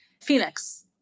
Phoenix